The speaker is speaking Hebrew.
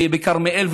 ובכרמיאל,